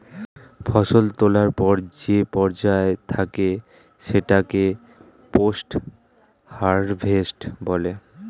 ফসল তোলার পর যে পর্যায় থাকে সেটাকে পোস্ট হারভেস্ট বলে